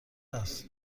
است